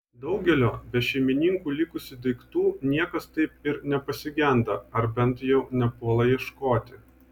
daugelio be šeimininkų likusių daiktų niekas taip ir nepasigenda ar bent jau nepuola ieškoti